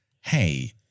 hey